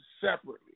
separately